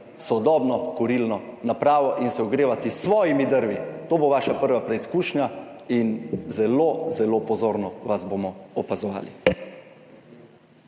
sodobno kurilno napravo in se ogrevati s svojimi drvmi? To bo vaša prva preizkušnja in zelo, zelo pozorno vas bomo opazovali.